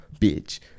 bitch